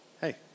Hey